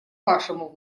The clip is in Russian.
вашему